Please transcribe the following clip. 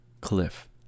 cliff